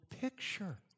picture